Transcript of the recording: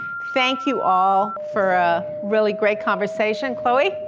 thank you all for a really great conversation. cloey,